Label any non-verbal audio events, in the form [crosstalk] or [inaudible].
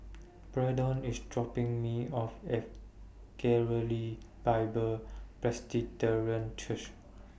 Braedon IS dropping Me off At Galilee Bible [unintelligible] Church